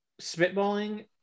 spitballing